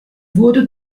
wurde